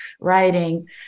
writing